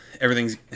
Everything's